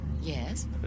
Yes